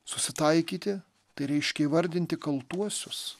susitaikyti tai reiškia įvardinti kaltuosius